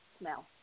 smell